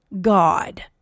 God